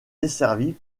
desservi